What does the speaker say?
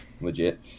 legit